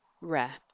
rare